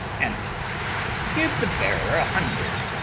and give the bearer a hundred